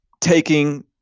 taking